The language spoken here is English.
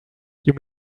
you